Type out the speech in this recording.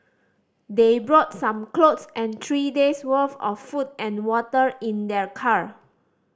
they brought some clothes and three days' worth of food and water in their car